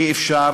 אי-אפשר